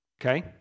Okay